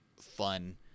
fun